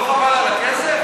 לא חבל על הכסף?